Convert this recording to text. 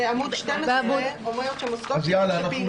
בעמוד 12. סעיף 4(ב)(17): מוסדות חינוך שפעילותם